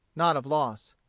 not of loss.